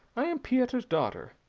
i am pieter's daughter.